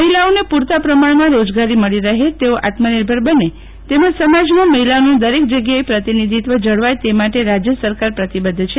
મહિલાઓને પૂરતા પ્રમાણમાં રોજગારી મળી રહે તેઓ આત્મનિર્ભર બને તેમજ સમાજમાં મહિલાઓનું દરેક જગ્યાએ પ્રતિનિધિત્વ જળવાય તે માટે રાજ્ય સરકાર પ્રતિબધ્ધ છે